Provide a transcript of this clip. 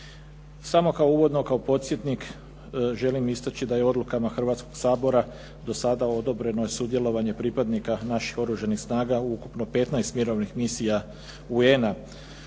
Samo uvodno kao podsjetnik želim istaći da je odlukama Hrvatskoga sabora do sada odobreno sudjelovanje pripadnika naših oružanih snaga u ukupno petnaest mirovnih misija UNA-a